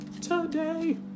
today